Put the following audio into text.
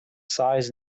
size